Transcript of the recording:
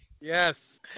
Yes